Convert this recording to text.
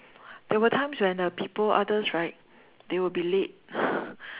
there were times when uh people others right they will be late